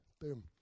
boom